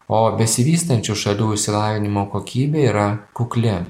o besivystančių šalių išsilavinimo kokybė yra kukli